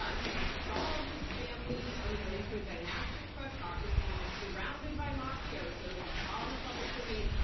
um he's installed his family you know into a dynastic kleptocracy, he's surrounded by mafiosos. it's all in the public domain.